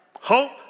Hope